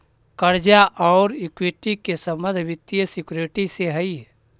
कर्जा औउर इक्विटी के संबंध वित्तीय सिक्योरिटी से हई